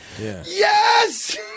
Yes